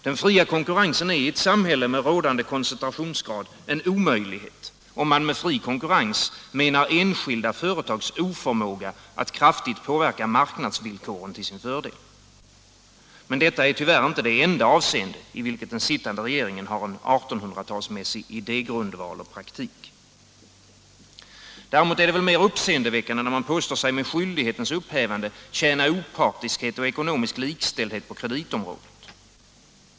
Den fria konkurrensen är i ett samhälle med rådande koncentrationsgrad en omöjlighet, om man med fri konkurrens menar enskilda företags oförmåga att kraftigt påverka marknadsvillkoren till sin fördel. Men det är tyvärr inte det enda avseende i vilket den sittande regeringen har en artonhundratalsmässig idégrundval och praktik. Däremot är det väl mer uppseendeväckande när man påstår sig med skyldighetens upphävande tjäna opartiskhet och ekonomisk likställdhet på kreditområdet.